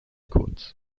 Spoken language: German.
kurz